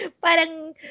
parang